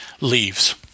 leaves